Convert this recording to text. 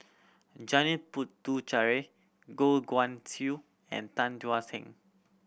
Janil Puthucheary Goh Guan Siew and Tan Thuan